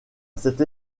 cette